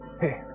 Hey